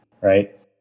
right